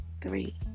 three